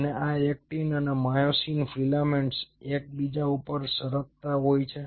અને આ એક્ટિન અને માયોસિન ફિલામેન્ટ્સ એક બીજા ઉપર સરકતા હોય છે